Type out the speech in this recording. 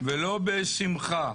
ולא בשמחה